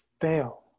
fail